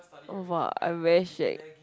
oh !wah! I very shag